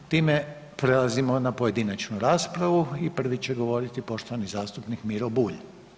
Time prelazimo na pojedinačnu raspravu i prvi će govoriti poštovani zastupnik Miro Bulj.